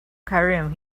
cairum